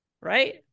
right